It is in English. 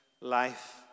life